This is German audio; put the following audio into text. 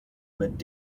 mit